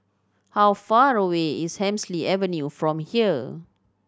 how far away is Hemsley Avenue from here